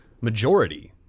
majority